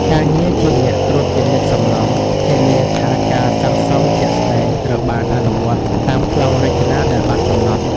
ការងារជាអ្នកត្រួតពិនិត្យសំណង់ ធានាថាការសាងសង់ជាក់ស្តែងត្រូវបានអនុវត្តតាមប្លង់រចនាដែលបានកំណត់។